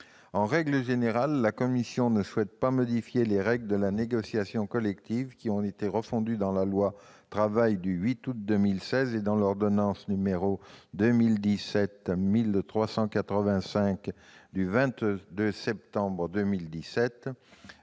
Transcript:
manière générale, la commission ne souhaite pas modifier les règles de la négociation collective, qui ont été refondues par la loi Travail du 8 août 2016 et par l'ordonnance n° 2017-1385 du 22 septembre 2017,